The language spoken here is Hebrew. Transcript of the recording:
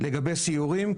לגבי סיורים,